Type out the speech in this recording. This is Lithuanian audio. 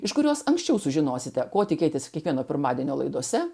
iš kurios anksčiau sužinosite ko tikėtis kiekvieno pirmadienio laidose